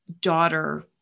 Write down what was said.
daughter